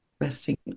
resting